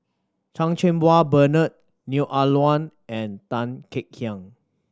Chan Cheng Wah Bernard Neo Ah Luan and Tan Kek Hiang